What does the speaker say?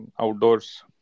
outdoors